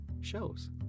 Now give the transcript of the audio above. shows